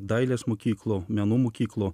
dailės mokyklų menų mokyklų